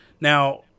Now